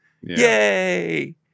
Yay